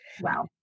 Wow